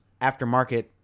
aftermarket